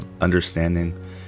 understanding